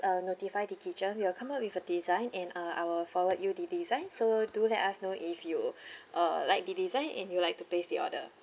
uh notify the kitchen we will come up with a design and uh I'll forward you the design so do let us know if you uh like the design and you'd like to place the order